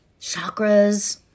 chakras